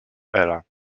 ela